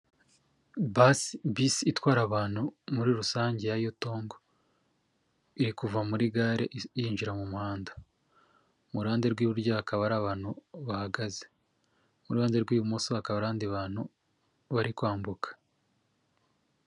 Basi itwara abantu muri rusange ya yutongo, iri kuva muri gare yinjira mu muhanda, mu ruhande rw'iburyo hakaba hari bantu bahagaze, mu ruhande rw'ibumoso hakaba abandi bantu bari kwambuka.